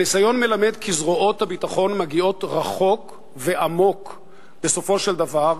הניסיון מלמד כי זרועות הביטחון מגיעות רחוק ועמוק בסופו של דבר,